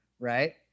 Right